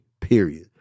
period